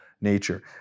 nature